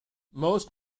most